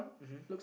mmhmm